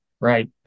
Right